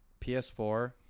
PS4